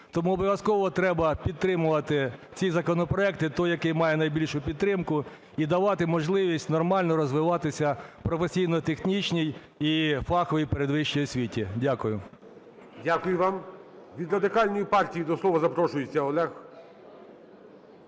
Тому обов'язково треба підтримувати ці законопроекти, той, який має найбільшу підтримку, і давати можливість нормально розвиватися професійно-технічній і фаховій передвищій освіті. Дякую. ГОЛОВУЮЧИЙ. Дякую вам. Від Радикальної партії до слова запрошується Олег